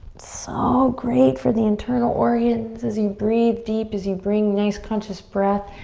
so great for the internal organs, as you breathe deep, as you bring these conscious breath,